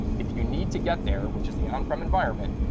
if you need to get there, which is the on-prem environment,